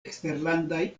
eksterlandaj